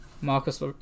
Marcus